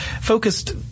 focused